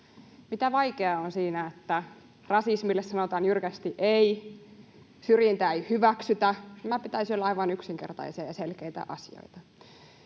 Mitä vaikeaa on siinä, että rasismille sanotaan jyrkästi ”ei”, syrjintää ei hyväksytä? Näiden pitäisi olla aivan yksinkertaisia ja selkeitä asioita.